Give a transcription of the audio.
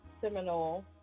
Seminole